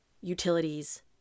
utilities